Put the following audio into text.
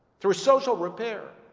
through social repair.